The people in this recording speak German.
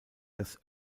das